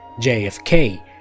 JFK